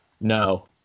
No